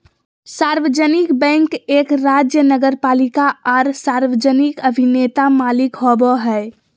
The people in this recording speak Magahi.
सार्वजनिक बैंक एक राज्य नगरपालिका आर सार्वजनिक अभिनेता मालिक होबो हइ